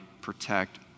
protect